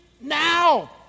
Now